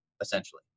essentially